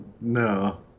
no